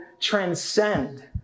transcend